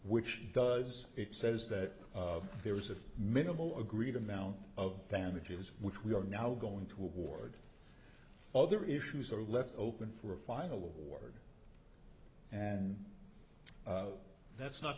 which it does it says that there was a minimal agreed amount of damages which we are now going toward other issues are left open for a final word and that's not